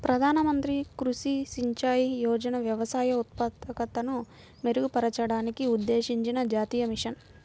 ప్రధాన మంత్రి కృషి సించాయ్ యోజన వ్యవసాయ ఉత్పాదకతను మెరుగుపరచడానికి ఉద్దేశించిన జాతీయ మిషన్